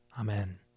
Amen